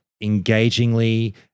engagingly